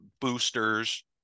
boosters